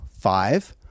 five